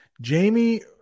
jamie